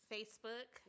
Facebook